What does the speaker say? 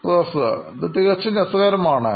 professor ഇത് തികച്ചും രസകരമാണ്